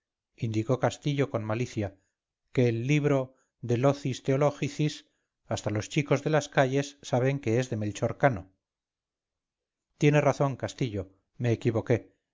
indicó castillo con malicia que el libro de locis theologicis hasta los chicos de las calles saben que es de melchor cano tiene razón castillo me equivoqué